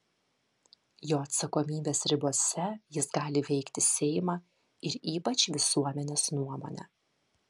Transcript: jo atsakomybės ribose jis gali veikti seimą ir ypač visuomenės nuomonę